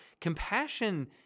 Compassion